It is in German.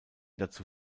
dazu